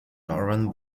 northern